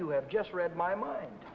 you have just read my mind